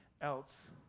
else